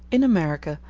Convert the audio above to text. in america,